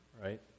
right